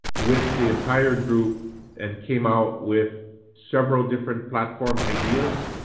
with the entire group and came out with several different platform ideas.